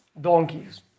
donkeys